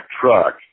truck